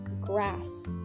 grass